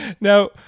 Now